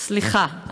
סליחה.